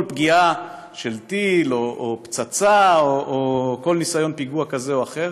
פגיעה של טיל או פצצה או כל ניסיון פיגוע כזה או אחר.